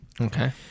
Okay